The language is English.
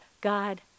God